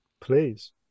Please